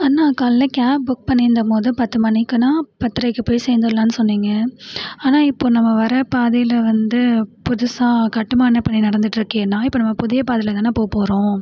அண்ணா காலைல cab book பண்ணியிருந்தம் போது பத்து மணிக்குனால் பத்தரைக்கு போய் சேர்ந்துர்லான்னு சொன்னீங்கள் ஆனால் இப்போது நம்ம வர பாதையில் வந்து புதுசாக கட்டுமான பணி நடத்துகிட்ருக்கேண்ணா இப்போ நம்ம புதிய பாதையில் தானே போகப்போறோம்